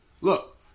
Look